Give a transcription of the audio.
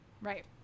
Right